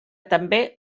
també